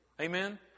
Amen